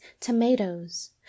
tomatoes